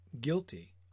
guilty